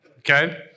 Okay